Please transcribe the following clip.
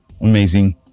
amazing